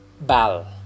BAL